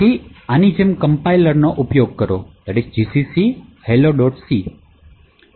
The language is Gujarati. પછી આની જેમ કમ્પાઇલરનો ઉપયોગ કરો gcc hello